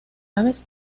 aves